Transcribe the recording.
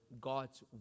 God's